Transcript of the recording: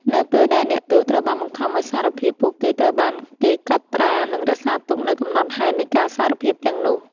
នៅពេលដែលអ្នកទោសត្រូវបានបង្ខំឱ្យសារភាព ពួកគេត្រូវបានគេកត់ត្រានិងរក្សាទុកនូវកំណត់ហេតុនៃការសារភាពទាំងនោះ។